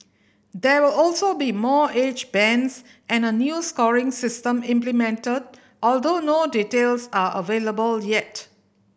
there will also be more age bands and a new scoring system implemented although no details are available yet